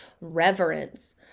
reverence